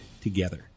together